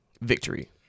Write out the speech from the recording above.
victory